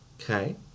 okay